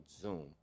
zoom